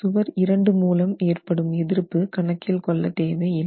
சுவர் 2 மூலம் ஏற்படும் எதிர்ப்பு கணக்கில் கொள்ள தேவை இல்லை